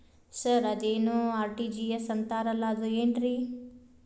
Sir ಅದೇನು RTGS ಅಂತಾರಲಾ ಅದು ಏನ್ರಿ?